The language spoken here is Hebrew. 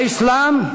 באסלאם,